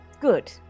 good